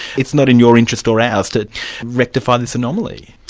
it's not in your interest or ours to rectify this anomaly.